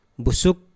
busuk